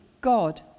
God